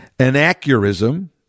Anachronism